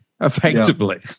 Effectively